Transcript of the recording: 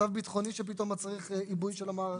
מצב ביטחוני שפתאום מצריך עיבוי של המערכים.